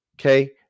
Okay